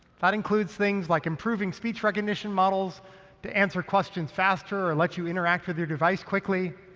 that includes things like improving speech recognition models to answer questions faster and let you interact with your device quickly,